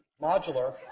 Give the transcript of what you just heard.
modular